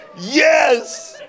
Yes